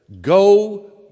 Go